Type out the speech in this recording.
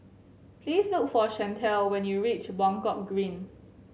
please look for Chantelle when you reach Buangkok Green